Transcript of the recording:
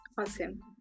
Awesome